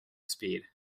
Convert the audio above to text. speed